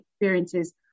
experiences